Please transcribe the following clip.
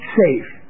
safe